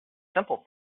simple